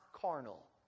carnal